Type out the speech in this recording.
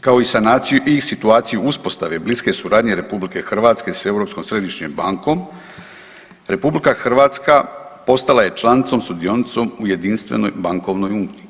kao i sanaciju i situaciju uspostave bliske suradnje RH s Europskom središnjom bankom RH postala je članicom sudionicom u jedinstvenoj bankovnoj uniji.